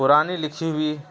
پرانی لکھی ہوئی